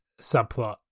subplot